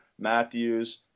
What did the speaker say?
Matthews